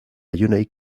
junaj